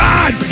God